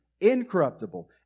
incorruptible